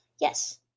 yes